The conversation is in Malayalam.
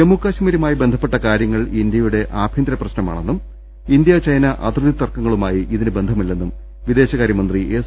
ജമ്മുകശ്മീരുമായി ബന്ധപ്പെട്ട കാര്യങ്ങൾ ഇന്ത്യയുടെ ആഭ്യന്തര കാര്യമാണെന്നും ഇന്ത്യ ചൈന അതിർത്തി തർക്കങ്ങളുമായി ഇതിന് ബന്ധമില്ലെന്നും വിദേശകാര്യ മന്ത്രി എസ്